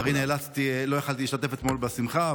לצערי לא יכולתי להשתתף אתמול בשמחה,